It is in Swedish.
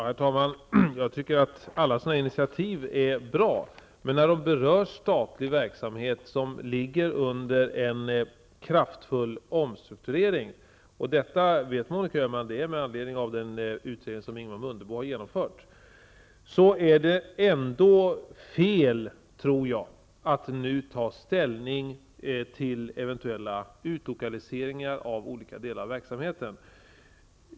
Herr talman! Jag tycker att alla initiativ av det här slaget är bra. När statlig verksamhet berörs som är föremål för en kraftfull omstrukturering -- och Monica Öhman vet att det här sker med anledning av en utredning som Ingemar Mundebo har genomfört -- tror jag ändå att det är fel att nu ta ställning till eventuella utlokaliseringar av olika delar av verksamheten.